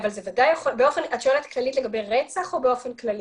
את שואלת כללית לגבי רצח או באופן כללי?